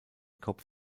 kopf